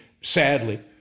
sadly